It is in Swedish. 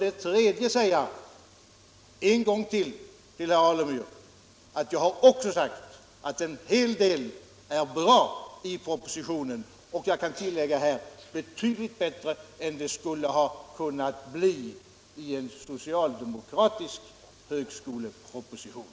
Det tredje jag sade — och jag vill säga det än en gång till herr Alemyr — var att en hel del är bra i propositionen och — kan jag tillägga — betydligt bättre än det skulle ha kunnat bli i en socialdemokratisk högskoleproposition.